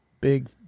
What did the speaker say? big